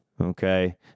Okay